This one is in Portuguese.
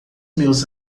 meus